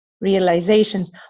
realizations